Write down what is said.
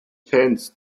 fans